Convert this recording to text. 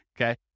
okay